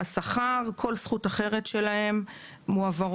השכר וכל הזכויות האחרות שלהם מועברים